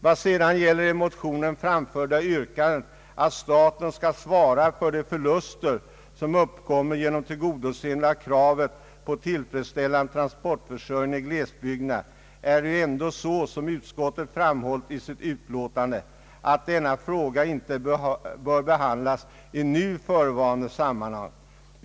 Vad sedan gäller det i motionen framförda yrkandet att staten skall svara för de förluster som uppkommer genom tillgodoseende av kravet på tillfredsställande = transportförsörjning inom glesbygderna är det ju ändock så som utskottet framhållit i sitt utlåtande att denna fråga inte bör behandlas i nu förevarande sammanhang.